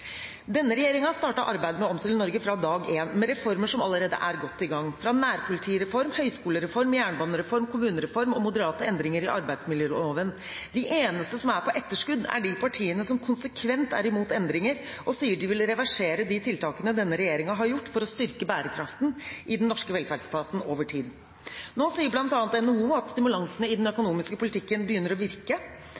Denne regjeringen startet arbeidet med å omstille Norge fra dag én, med reformer som allerede er godt i gang, nærpolitireform, høyskolereform, jernbanereform, kommunereform og moderate endringer i arbeidsmiljøloven. De eneste som er på etterskudd, er de partiene som konsekvent er imot endringer og sier de vil reversere de tiltakene denne regjeringen har satt inn for å styrke bærekraften i den norske velferdsetaten over tid. Nå sier bl.a. NHO at stimulansene i den